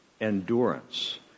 endurance